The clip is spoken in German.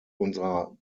unserer